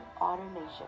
automation